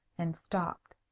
and stopped.